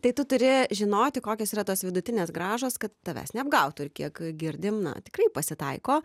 tai tu turi žinoti kokios yra tos vidutinės grąžos kad tavęs neapgautų ir kiek girdim na tikrai pasitaiko